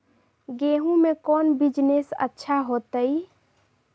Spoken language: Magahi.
गेंहू के कौन बिजनेस अच्छा होतई?